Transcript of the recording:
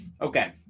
okay